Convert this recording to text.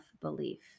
belief